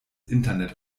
internet